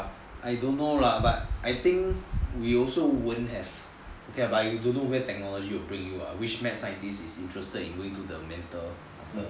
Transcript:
I don't know lah but I think we also won't have okay lah but I don't know where technology will bring you lah which mad scientist is interested in doing the mantle